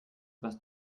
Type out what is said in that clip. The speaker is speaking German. was